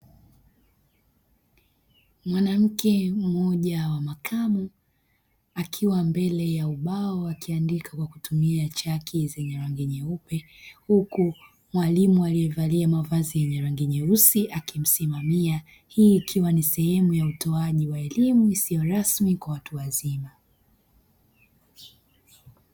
Mwanamke mmoja wa makamo akiwa mbele ya ubao akiandika kwa tumia chaki zenye rangi nyeupe. Huku mwalimu aliyevalia mavazi yenye rangi nyeusi akimsimamia. Hii ikiwa ni sehemu ya utoaji wa elimu isiyo rasmi kwa watu wazima.